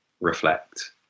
reflect